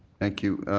thank you.